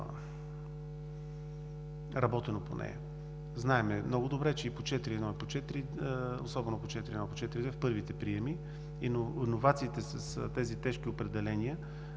работено по нея. Знаем много добре, че особено по 4.1 и по 4.2 в първите приеми, иновациите с тези тежки определения,